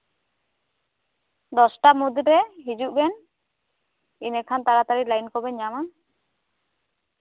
ᱫᱚᱥᱴᱟ ᱢᱩᱫᱽᱨᱮ ᱦᱤᱡᱩᱜ ᱵᱮᱱ ᱤᱱᱟᱹᱠᱷᱟᱱ ᱛᱟᱲᱟᱛᱟᱲᱤ ᱞᱟᱭᱤᱱ ᱠᱚᱵᱮᱱ ᱧᱟᱢᱟ